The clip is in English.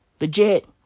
Legit